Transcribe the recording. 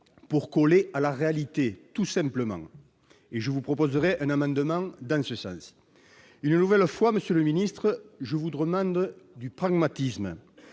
pour coller à la réalité, tout simplement. Je vous proposerai un amendement en ce sens. Une nouvelle fois, monsieur le ministre, je vous demande de faire